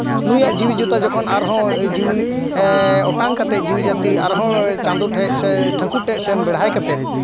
ᱱᱩᱭᱟᱜ ᱡᱤᱣᱤ ᱡᱚᱛᱟ ᱡᱚᱠᱷᱚᱱ ᱟᱨᱦᱚᱸ ᱡᱤᱣᱤ ᱚᱴᱟᱝ ᱠᱟᱛᱮᱜ ᱡᱤᱣᱤ ᱡᱟᱹᱛᱤ ᱟᱨᱦᱚᱸ ᱪᱟᱸᱫᱳ ᱴᱷᱮᱱ ᱥᱮ ᱴᱷᱟᱹᱠᱩᱨ ᱴᱷᱮᱱ ᱵᱮᱲᱦᱟᱭ ᱠᱟᱛᱮᱜ